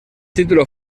título